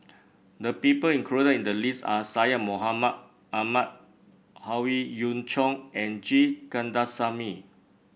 the people included in the list are Syed Mohamed Ahmed Howe Yoon Chong and G Kandasamy